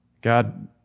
God